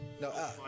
No